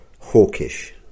hawkish